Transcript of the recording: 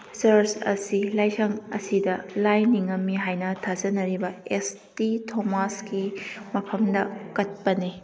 ꯆꯔꯁ ꯑꯁꯤ ꯂꯥꯏꯁꯪ ꯑꯁꯤꯗ ꯂꯥꯏ ꯅꯤꯡꯉꯝꯃꯤ ꯍꯥꯏꯅ ꯊꯥꯖꯅꯔꯤꯕ ꯑꯦꯁ ꯇꯤ ꯊꯣꯃꯥꯁꯀꯤ ꯃꯐꯝꯗ ꯀꯠꯄꯅꯤ